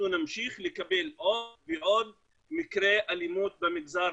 נמשיך לקבל עוד ועוד מקרי אלימות במגזר,